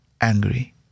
angry